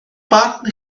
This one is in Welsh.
barn